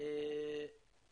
בוקר טוב לכולם.